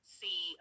see